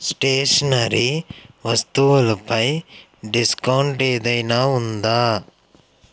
stationery వస్తువులుపై discount ఏదైనా ఉందా